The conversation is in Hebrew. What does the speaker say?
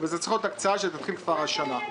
זאת צריכה להיות הקצאה שתתחיל כבר השנה.